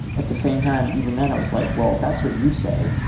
at the same time even then i was like, well, that's what you say.